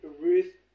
Ruth